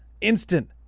instant